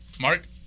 Mark